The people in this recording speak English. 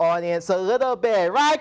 audience a little bit right